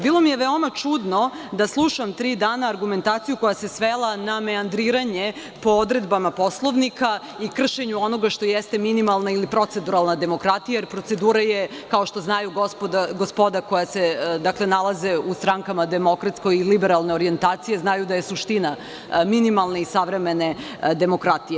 Bilo mi je veoma čudno da slušam tri dana argumentaciju koja se svela na meandriranje po odredbama Poslovnika i kršenju onoga što jeste minimalna ili proceduralna demokratija, jer procedura je, kao što znaju gospoda koja se nalaze u strankama demokratske i liberalne orijentacije, suština minimalne i savremene demokratije.